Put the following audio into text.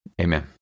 Amen